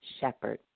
shepherd